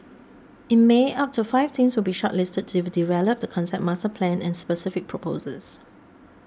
in May up to five teams will be shortlisted to develop the concept master plan and specific proposals